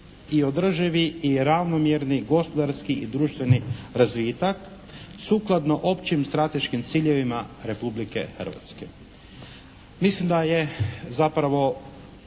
i održivi i ravnomjerni gospodarski i društveni razvitak sukladno općim strateškim ciljevima Republike Hrvatske. Mislim da je zapravo